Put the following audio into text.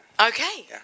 Okay